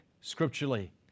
scripturally